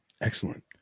Excellent